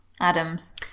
adams